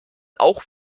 auch